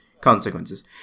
consequences